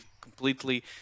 completely